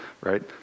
right